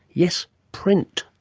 yes, print.